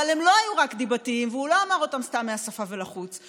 אבל הם לא היו רק דיבתיים והוא לא אמר אותם סתם מהשפה אל החוץ,